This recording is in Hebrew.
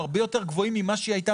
הם הרבה יותר גבוהים ממה שהיא הייתה